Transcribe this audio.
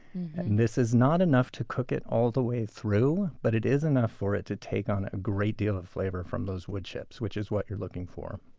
this is not enough to cook it all the way through, but it is enough for it to take on a great deal of flavor from those wood chips, which is what you're looking for.